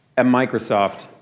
at microsoft,